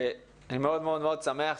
אני מאוד מאוד שמח,